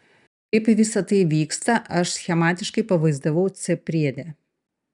kaip visa tai vyksta aš schematiškai pavaizdavau c priede